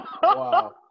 Wow